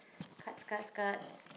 cards cards cards